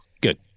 Good